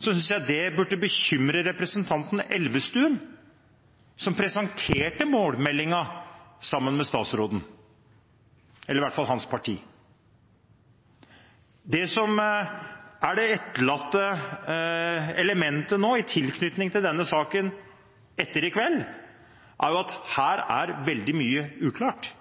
så synes jeg det burde bekymre representanten Elvestuen, som presenterte målmeldingen sammen med statsråden – eller iallfall hans parti. Det som er det etterlatte elementet nå i tilknytning til denne saken etter i kveld, er at her er veldig mye uklart.